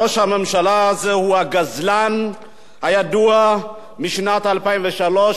ראש הממשלה הזה הוא הגזלן הידוע משנת 2003,